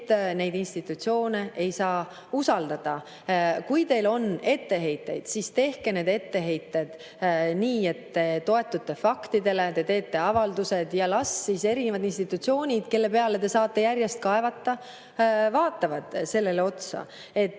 et neid institutsioone ei saa usaldada. Kui teil on etteheiteid, siis tehke need etteheited nii, et te toetute faktidele. Ja tehke avaldused ja las erinevad institutsioonid, kelle peale te saate järjest kaevata, vaatavad neile otsa.